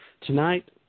Tonight